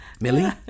Millie